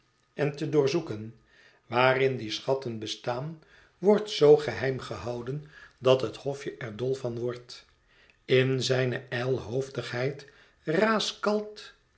en te doorzoeken waarin die schatten bestaan wordt zoo geheim gehouden dat het hofje er dol van wordt in zijne ijlhoofdigheid